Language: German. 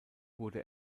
wurde